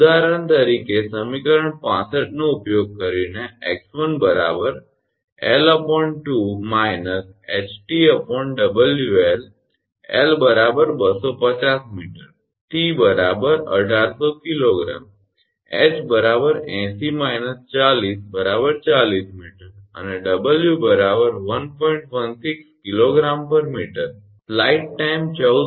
ઉદાહરણ તરીકે સમીકરણ 65 નો ઉપયોગ કરીને 𝑥1 𝐿 2 − ℎ𝑇 𝑊𝐿 𝐿 250 𝑚 𝑇 1800 𝐾𝑔 ℎ 40 𝑚 અને 𝑊 1